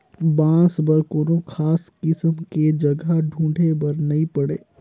बांस बर कोनो खास किसम के जघा ढूंढे बर नई पड़े